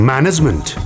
Management